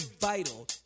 vital